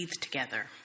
together